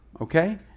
okay